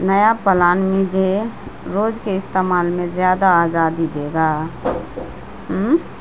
نیا پلان مجھے روز کے استعمال میں زیادہ آزادی دے گا